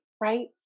right